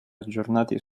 aggiornati